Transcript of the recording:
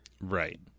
right